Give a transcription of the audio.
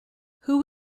who